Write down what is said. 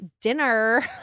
dinner